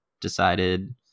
decided